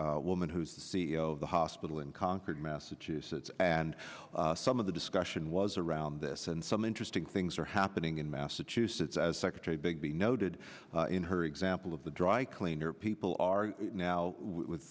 woman who's the c e o of the hospital in concord massachusetts and some of the discussion was around this and some interesting things are happening in massachusetts as secretary big be noted in her example of the dry cleaner people are now with